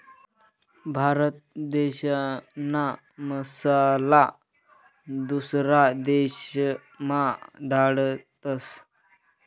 भारत देशना मसाला दुसरा देशमा धाडतस